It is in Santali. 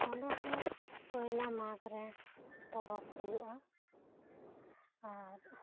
ᱚᱱᱟᱛᱮ ᱯᱚᱭᱞᱟ ᱢᱟᱜᱽ ᱨᱮ ᱯᱚᱨᱚᱵᱽ ᱦᱩᱭᱩᱜ ᱟ ᱟᱨ